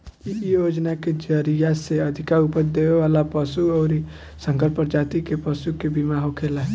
इ योजना के जरिया से अधिका उपज देवे वाला पशु अउरी संकर प्रजाति के पशु के बीमा होखेला